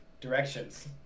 Directions